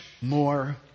more